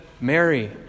Mary